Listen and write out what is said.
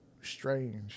strange